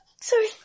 Sorry